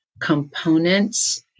components